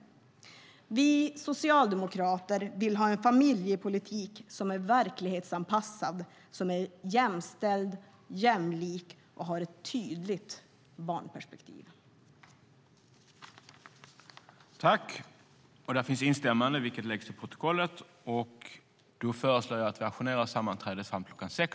Vi socialdemokrater vill ha en familjepolitik som är verklighetsanpassad, jämställd, jämlik och har ett tydligt barnperspektiv. I detta anförande instämde Jonas Gunnarsson .